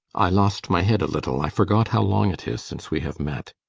i lost my head a little i forgot how long it is since we have met.